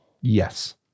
Yes